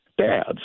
dads